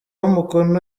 umukono